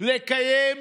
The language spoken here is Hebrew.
שם